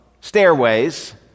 stairways